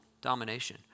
domination